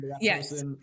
Yes